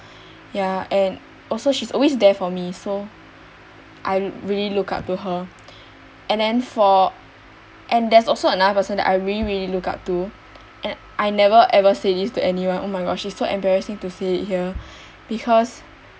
ya and also she's always there for me so I really look up to her and then for and there's also another person I really really look up to and I never ever say this to anyone oh my gosh it's so embarrassing to say it here because